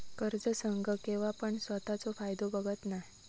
कर्ज संघ केव्हापण स्वतःचो फायदो बघत नाय